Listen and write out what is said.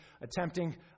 attempting